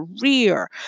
career